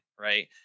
right